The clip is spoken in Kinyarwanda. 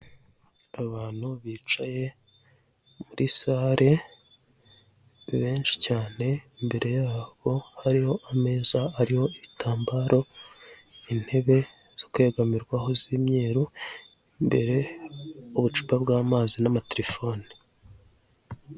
Abantu bicaye muri sare benshi cyane, imbere yaho hariho ameza ariho ibitambaro, intebe zo kwegamirwaho z' imyeru, imbere ubucupa bw'amazi n'amaterefone.